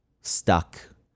stuck